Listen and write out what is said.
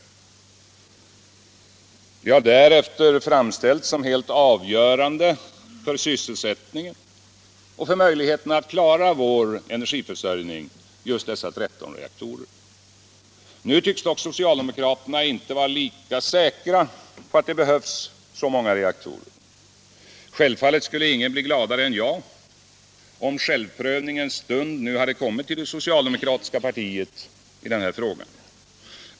Just dessa 13 reaktorer har därefter framställts som helt avgörande för sysselsättningen och för möjligheterna att klara vår energiförsörjning. Nu tycks dock socialdemokraterna inte vara lika säkra på att det behövs så många reaktorer. Självfallet skulle ingen bli gladare än jag om självprövningens stund nu hade kommit till det socialdemokratiska partiet i denna fråga.